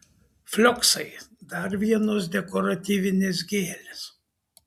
flioksai dar vienos dekoratyvinės gėlės